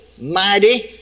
mighty